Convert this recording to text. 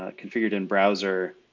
ah configured in browser,